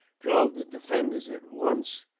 drove the defenders at once